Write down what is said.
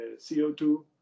CO2